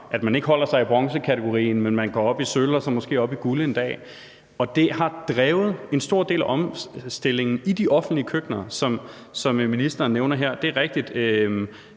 at man ikke holder sig i bronzekategorien, men at man går op i sølvkategorien og så måske op i guldkategorien en dag. Det har drevet en stor del af omstillingen i de offentlige køkkener, som ministeren nævner her. Det er rigtigt,